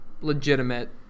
legitimate